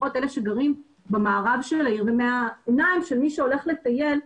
לפחות אלה שגרים במערב העיר ומי שהולך לטייל,